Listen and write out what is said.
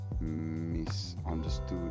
misunderstood